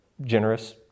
generous